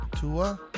Tua